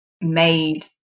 made